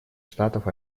штатов